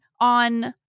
on